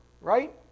right